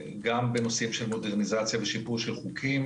גם בנושאים של מודרניזציה ושיפור של חוקים.